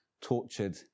tortured